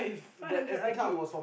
five hundred I_Q